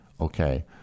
okay